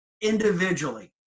individually